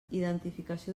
identificació